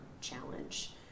challenge